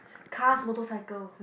cars motorcycle